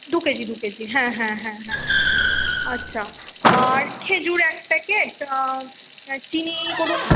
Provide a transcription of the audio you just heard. দু কেজি দু কেজি হ্যাঁ হ্যাঁ হ্যাঁ হ্যাঁ আচ্ছা আর খেজুর এক প্যাকেট চিনি করুন